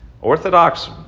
Orthodox